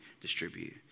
distribute